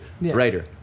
writer